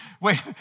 Wait